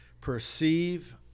perceive